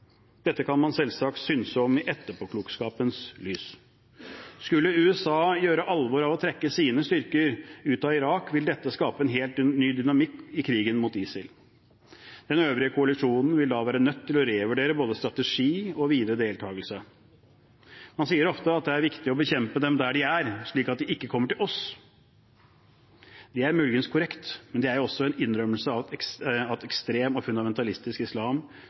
Dette kan man selvsagt synse om i etterpåklokskapens lys. Skulle USA gjøre alvor av å trekke sine styrker ut av Irak, vil dette skape en helt ny dynamikk i krigen mot ISIL. Den øvrige koalisjonen vil da være nødt til å revurdere både strategi og videre deltakelse. Man sier ofte at det er viktig å bekjempe dem der de er, slik at de ikke kommer til oss. Det er muligens korrekt, men det er også en innrømmelse av at ekstrem og fundamentalistisk islam